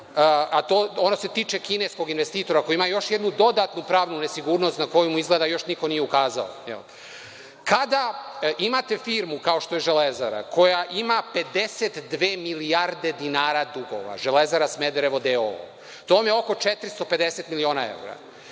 a ona se tiče kineskog investitora koji ima još jednu dodatnu pravnu nesigurnost na koju mu izgleda još niko nije ukazao. Kada imate firmu, kao što je „Železara“, koja ima 52 milijarde dinara dugova „Železara Smederevo“ d.o.o, to vam je oko 450 miliona evra,